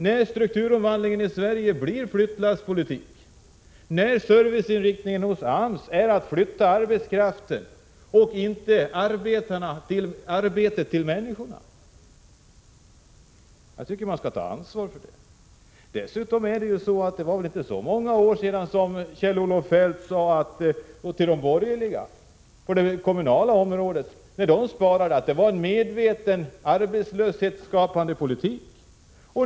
När strukturomvandlingen i Sverige blir flyttlasspolitik och när serviceinriktningen hos AMS är att flytta arbetskraften och inte arbetet till människorna, får regeringen ta ansvar för det. Dessutom är det inte så många år sedan Kjell-Olof Feldt sade till de borgerliga, när de sparade på det kommunala området, att det var en medvetet arbetslöshetsskapande politik.